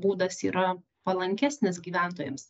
būdas yra palankesnis gyventojams